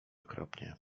okropnie